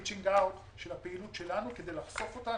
reaching out של הפעילות שלנו על-מנת לחשוף אותה.